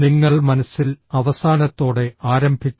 നിങ്ങൾ മനസ്സിൽ അവസാനത്തോടെ ആരംഭിക്കണം